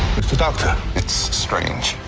mr. doctor. it's strange.